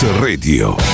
Radio